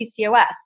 PCOS